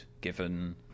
given